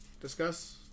discuss